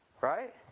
Right